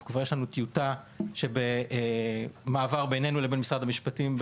יש לנו כבר טיוטה שנמצאת במעבר בינינו לבין משרד המשפטים.